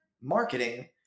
marketing